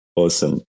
awesome